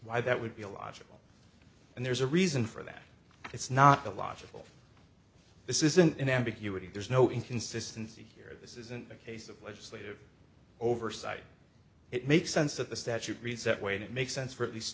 why that would be illogical and there's a reason for that it's not a logic this isn't an ambiguity there's no inconsistency here this isn't a case of legislative oversight it makes sense that the statute reads that way and it makes sense for at least